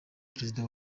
perezida